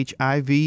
HIV